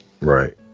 Right